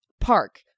park